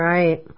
Right